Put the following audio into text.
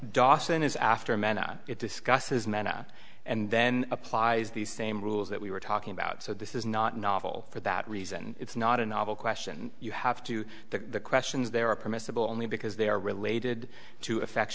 dawson is after amend it discusses manna and then applies the same rules that we were talking about so this is not a novel for that reason it's not a novel question you have to the questions there are permissible only because they are related to effect